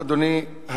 אדוני,